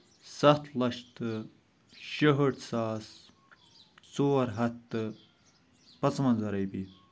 سَتھ لَچھ تہٕ شُہٲٹھ ساس ژور ہَتھ تہٕ پانژھ وَنژاہ رۄپیہِ